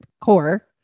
core